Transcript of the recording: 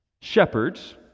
shepherds